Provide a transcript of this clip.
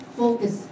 focus